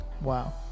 wow